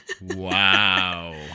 Wow